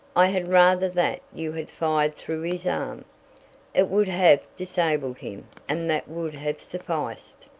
i had rather that you had fired through his arm it would have disabled him, and that would have sufficed.